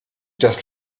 das